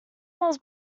was